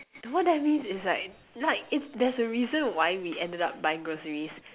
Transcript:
the what that means is like like it there's a reason why we ended up buying groceries